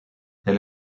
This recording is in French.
elle